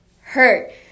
hurt